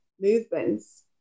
movements